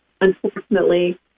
unfortunately